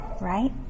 right